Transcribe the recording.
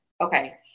Okay